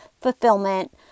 fulfillment